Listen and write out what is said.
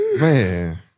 man